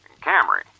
Camry